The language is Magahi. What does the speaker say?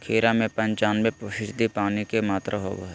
खीरा में पंचानबे फीसदी पानी के मात्रा होबो हइ